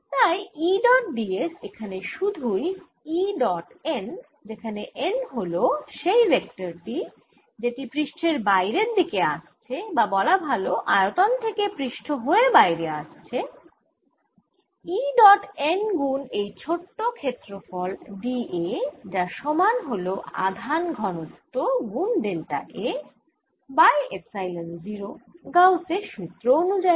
তাই E dot d s এখানে সুধুই E ডট n যেখানে n হল সেই ভেক্টর যেটি পৃষ্ঠের বাইরের দিকে আসছে বা বলা ভাল আয়তন থেকে পৃষ্ঠ হয়ে বাইরে আসছে E ডট n গুন এই ছোট ক্ষেত্রফল d a যার সমান হল আধান ঘনত্ব গুন delta a by epsilon 0 Gauss এর সুত্র অনুযায়ী